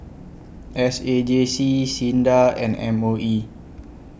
S A J C SINDA and M O E